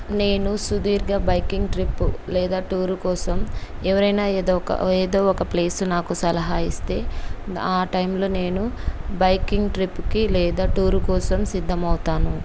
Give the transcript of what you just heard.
నేను సుదీర్ఘ biking trip లేదా టూర్ కోసం ఎవరైనా ఏదో ఒక ఏదో ఒక ప్లేస్ నాకు సలహా ఇస్తే ఆ టైంలో నేను బైకింగ్ ట్రిప్కి లేదా టూరు కోసం సిద్ధమవుతాను